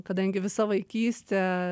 kadangi visa vaikystė